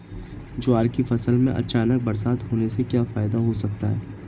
ज्वार की फसल में अचानक बरसात होने से क्या फायदा हो सकता है?